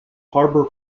harbor